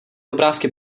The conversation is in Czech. obrázky